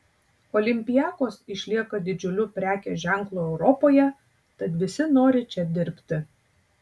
olympiakos išlieka didžiuliu prekės ženklu europoje tad visi nori čia dirbti